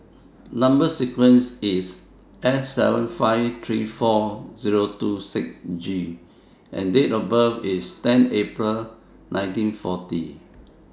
Number sequence IS S seven five three four Zero two six G and Date of birth IS ten April nineteen forty